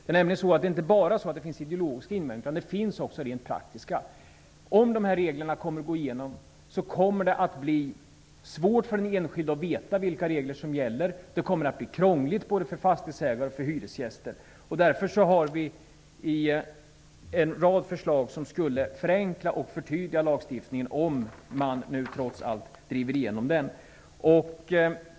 Det finns nämligen inte bara ideologiska utan också rent praktiska invändningar. Om de föreslagna reglerna går igenom, kommer det att bli svårt för den enskilde att veta vilka regler som gäller. Det kommer att bli krångligt både för fastighetsägare och för hyresgäster. Därför har vi en rad förslag som skulle förenkla och förtydliga lagstiftningen, om man trots allt driver igenom den.